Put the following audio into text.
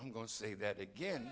i'm going to say that again